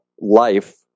life